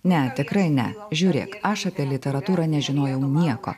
ne tikrai ne žiūrėk aš apie literatūrą nežinojau nieko